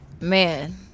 man